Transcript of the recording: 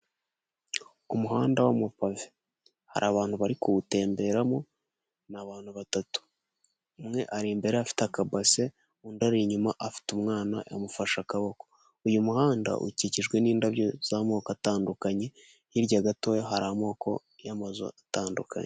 Umuhanda w’amapave, hari abantu bari kuwutemberamo, ni abantu batatu, umwe ari imbere afite aka base, undi ari inyuma afite umwana amufashe akaboko. Uyu muhanda ukikijwe n'indabyo z'amoko atandukanye, hirya gatoya hari amoko y'amazu atandukanye.